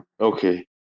Okay